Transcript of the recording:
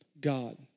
God